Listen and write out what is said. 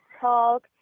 talk